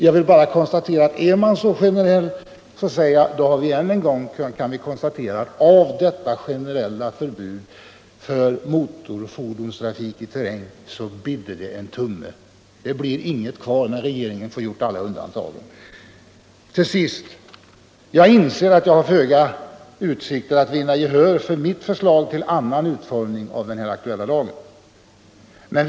Jag vill bara konstatera att av det generella förbudet mot motorfordonstrafik i terräng bidde det en tumme, om ens det. Det blir ingenting kvar när regeringen fått göra alla undantagen. Till sist: Jag inser att jag har föga utsikt att vinna gehör för mitt förslag till annan utformning av den aktuella lagen.